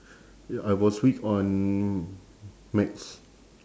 ya I was weak on maths